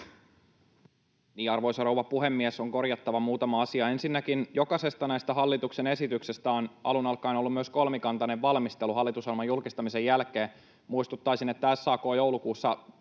Arvoisa rouva puhemies! On korjattava muutama asia: Ensinnäkin jokaisesta näistä hallituksen esityksistä on alun alkaen ollut myös kolmikantainen valmistelu hallitusohjelman julkistamisen jälkeen. Muistuttaisin, että SAK joulukuussa